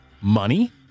money